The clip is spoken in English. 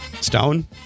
Stone